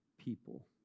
people